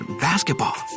basketball